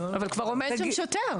אבל כבר עומד שם שוטר.